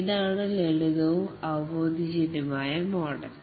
ഇതാണ് ലളിതവും അവബോധ ജന്യമായ മോഡൽ